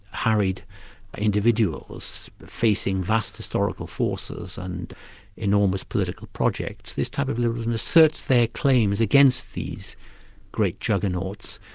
harried individuals, facing vast historical forces and enormous political projects, this type of liberalism asserts their claims against these great juggernauts,